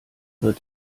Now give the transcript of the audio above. wird